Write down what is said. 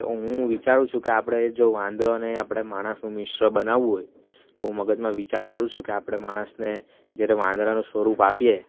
તો હું વિચારું છું કે આપણે જો વાંદરો અને આપણે માણસનુ મિશ્ર બનાવવું હોય તો હું મગજમાં વિચાર કરું છું કે આપણે માણસને જ્યારે વાંદરાનું સ્વરૂપ આપીએ